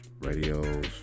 radios